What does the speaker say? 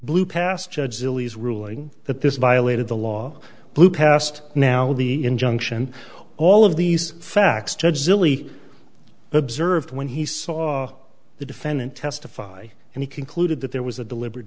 blew past judge sillies ruling that this violated the law blew past now the injunction all of these facts judge zilly observed when he saw the defendant testify and he concluded that there was a deliberate